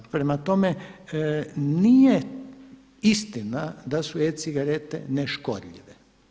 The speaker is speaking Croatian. Prema tome, nije istina da su e-cigarete neškodljive.